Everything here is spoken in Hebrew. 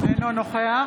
אינו נוכח